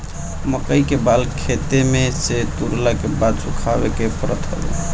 मकई के बाल खेते में से तुरला के बाद सुखावे के पड़त हवे